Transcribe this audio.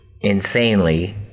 insanely